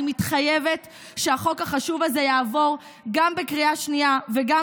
אני מתחייבת שהחוק החשוב הזה יעבור גם בקריאה השנייה וגם